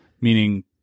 Meaning